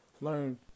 learn